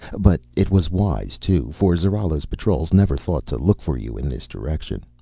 but it was wise, too, for zarallo's patrols never thought to look for you in this direction.